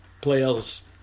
players